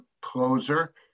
closer